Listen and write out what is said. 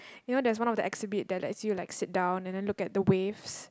you know there is one of the exhibit that lets you like sit down and then look at the waves